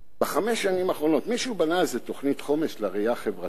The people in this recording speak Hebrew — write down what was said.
בחמש השנים האחרונות מישהו בנה איזו תוכנית חומש לראייה החברתית?